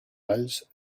alls